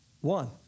One